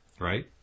Right